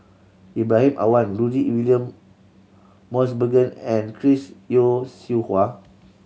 Ibrahim Awang Rudy William Mosbergen and Chris Yeo Siew Hua